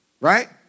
Right